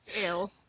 Ew